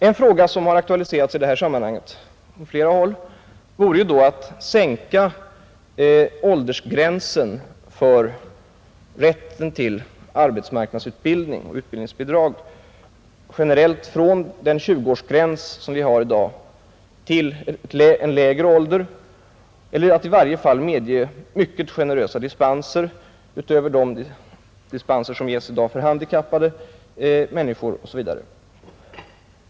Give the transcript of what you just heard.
En fråga som i detta sammanhang aktualiserats från flera håll vore att sänka åldersgränsen för rätt till arbetsmarknadsutbildning och utbildningsbidrag generellt från den tjugoårsgräns som vi har i dag till en lägre ålder eller att i varje fall medge mycket generösa dispenser utöver de dispenser som ges i dag för handikappade människor etc.